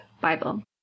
Bible